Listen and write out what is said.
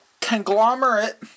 conglomerate